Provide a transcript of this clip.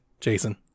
Jason